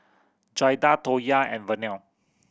Jaida Toya and Vernelle